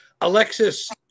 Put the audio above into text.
alexis